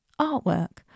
artwork